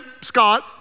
Scott